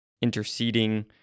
interceding